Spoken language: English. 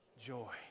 joy